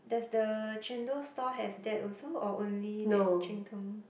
does the Chendol store have that also or only that Cheng-Teng